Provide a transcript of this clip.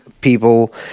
people